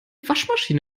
waschmaschine